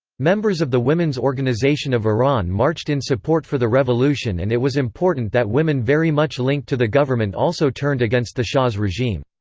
members of the women's organization of iran marched in support for the revolution and it was important that women very much linked to the government also turned against the shah's regime.